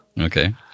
Okay